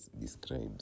describes